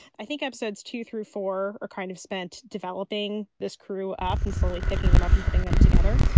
i think i've saids too through four or kind of spent developing this crew up and slowly picking them up and putting them together.